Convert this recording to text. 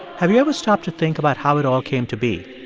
have you ever stopped to think about how it all came to be?